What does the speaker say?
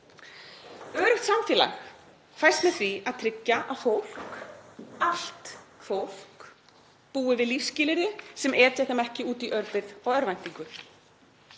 Öruggt samfélag fæst með því að tryggja að fólk, allt fólk, búi við lífsskilyrði sem etja þeim ekki út í örbirgð og örvæntingu.